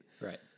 Right